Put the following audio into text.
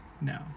No